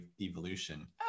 evolution